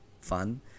fun